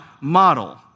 model